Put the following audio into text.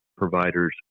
providers